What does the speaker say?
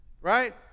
right